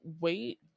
wait